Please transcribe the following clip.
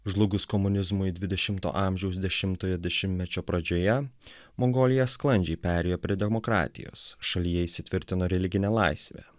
žlugus komunizmui dvidešimto amžiaus dešimtojo dešimtmečio pradžioje mongolija sklandžiai perėjo prie demokratijos šalyje įsitvirtino religinę laisvę